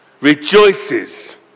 rejoices